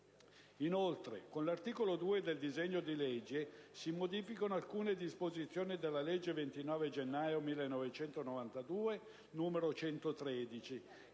Inoltre, con l'articolo 2 del disegno di legge si modificano alcune disposizioni della legge 29 gennaio 1992, n. 113,